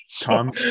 Tom